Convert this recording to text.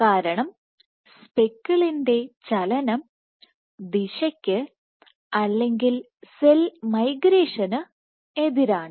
കാരണം സ്പെക്കിളിന്റെ ചലനം ദിശക്ക് അല്ലെങ്കിൽ സെൽ മൈഗ്രേഷന് എതിരാണ്